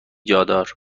جادار